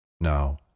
Now